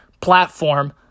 platform